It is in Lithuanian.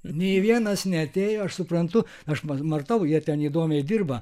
nei vienas neatėjo aš suprantu aš matau jie ten įdomiai dirba